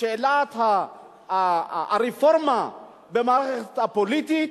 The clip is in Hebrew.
שאלת הרפורמה במערכת הפוליטית,